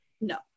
No